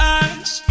eyes